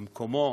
במקומו,